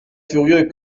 furieux